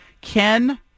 Ken